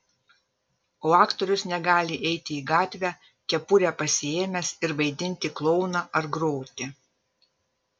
o aktorius negali eiti į gatvę kepurę pasiėmęs ir vaidinti klouną ar groti